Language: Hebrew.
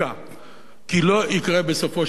כי לא יקרה, בסופו של דבר, כלום.